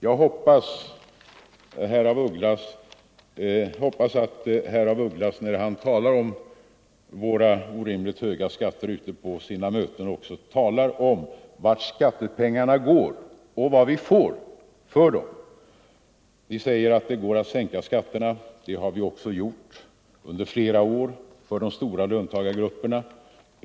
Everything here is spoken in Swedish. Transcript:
Jag hoppas att herr af Ugglas, när han talar om våra orimligt höga skatter ute på sina möten, också talar om vart skattepengarna går och vad vi får för dem. Ni säger att det går att sänka skatterna. Det har vi också gjort under flera år för de stora löntagargrupperna.